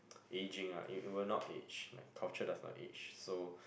aging ah it it will not age like culture does not age so